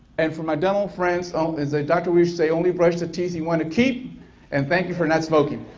and for my dental friends um as ah dr. would say only brush the teeth you want to keep and thank you for not smoking